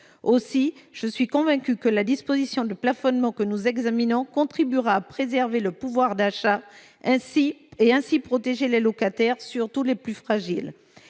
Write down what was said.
Aussi, je suis convaincue que la proposition de plafonnement que nous examinons contribuera à préserver le pouvoir d'achat et à protéger les locataires, notamment les plus fragiles.